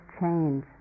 change